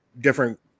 different